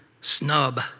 snub